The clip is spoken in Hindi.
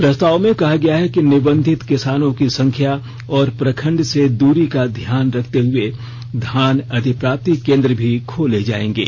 प्रस्ताव में कहा गया है कि निबंधित किसानों की संख्या और प्रखंड से दूरी का ध्यान रखते हए धान अधिप्राप्ति केन्द्र भी खोले जाएंगे